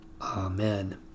Amen